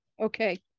Okay